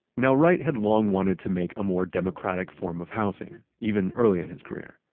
now wright had long wanted to make a more democratic form of housing, even early in his career.